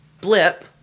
blip